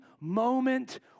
moment